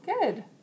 Good